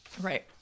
right